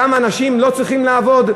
שם אנשים לא צריכים לעבוד?